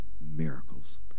miracles